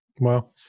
Wow